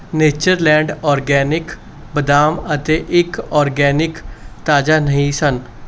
Natureland organic ਬਦਾਮ ਅਤੇ ਇੱਕ ਔਰਗੈਨਿਕ ਤਾਜ਼ਾ ਨਹੀਂ ਸਨ